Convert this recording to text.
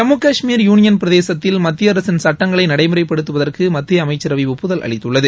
Jammu Kashmir union பிரதேசத்தில் மத்திய அரசின் சட்டங்களை நடைமுறைப்படுத்துவதற்கு மத்திய அமச்சரவை ஒப்புதல் அளித்துள்ளது